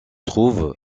trouve